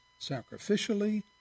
sacrificially